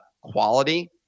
quality